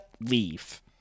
leave